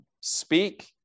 speak